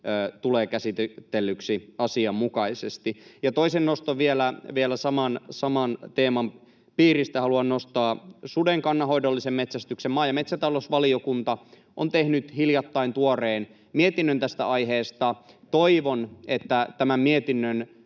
tulee käsitellyksi asianmukaisesti. Toisena nostona vielä saman teeman piiristä haluan nostaa suden kannanhoidollisen metsästyksen. Maa- ja metsätalousvaliokunta on tehnyt hiljattain tuoreen mietinnön tästä aiheesta. Toivon, että tämän mietinnön